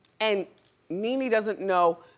and nene doesn't know.